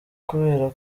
kubera